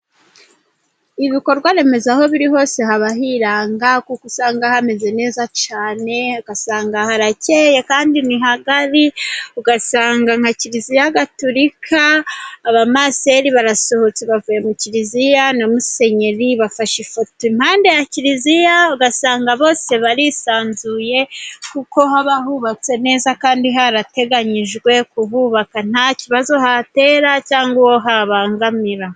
Ibikorwa remezo aho biri hose haba hiranga kuko usanga hameze neza cyane ugasanga harakeye kandi ni hagari, ugasanga nka Kiliziya gatulika abamaseri barasohotse bavuye mu Kiliziya na Musenyeri bafashe ifoto impande ya Kiliziya, ugasanga bose barisanzuye kuko haba hubatse neza kandi harateganyijwe kuhubaka ,nta kibazo hatera cyangwa uwo habangamira.